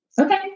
Okay